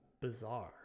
bizarre